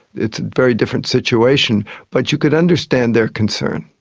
it's a very different situation, but you could understand their concern.